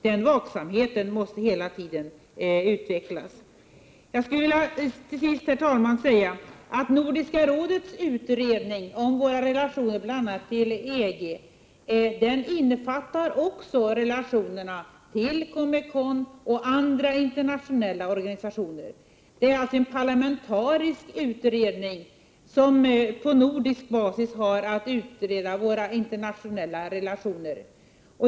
Den vaksamheten måste hela tiden utvecklas. Herr talman! Till sist skulle jag vilja säga att Nordiska rådets utredning om våra relationer till bl.a. EG också innefattar relationerna till Comecon och andra internationella organisationer. Det är alltså en parlamentarisk utredning, som på nordisk basis har att utreda våra internationella relationer.